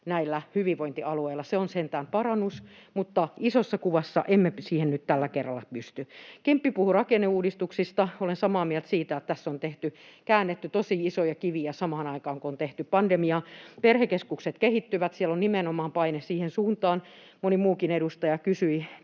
näillä hyvinvointialueilla. Se on sentään parannus, mutta isossa kuvassa emme siihen nyt tällä kerralla pysty. Kemppi puhui rakenneuudistuksista. Olen samaa mieltä siitä, että tässä on käännetty tosi isoja kiviä samaan aikaan, kun on tehty pandemiatoimia. Perhekeskukset kehittyvät. Siellä on nimenomaan paine siihen suuntaan. Moni muukin edustaja kysyi